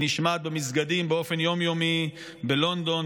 היא נשמעת במסגדים באופן יום-יומי בלונדון,